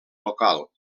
local